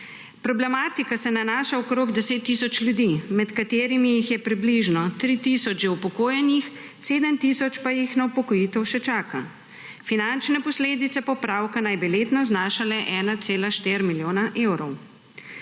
Problematika se nanaša na okrog 10 tisoč ljudi, med katerimi jih je približno 3 tisoč že upokojenih, 7 tisoč pa jih na upokojitev še čaka. Finančne posledice popravka naj bi letno znašale 1,4 milijona evrov.